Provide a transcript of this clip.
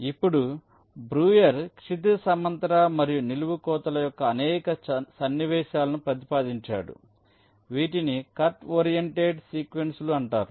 ఇప్పుడు బ్రూయర్ క్షితిజ సమాంతర మరియు నిలువు కోతల యొక్క అనేక సన్నివేశాలను ప్రతిపాదించాడు వీటిని కట్ ఓరియెంటెడ్ సీక్వెన్సులు అంటారు